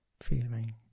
feeling